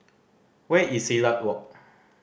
where is Silat Walk